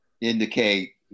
indicate